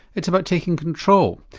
it's about taking control,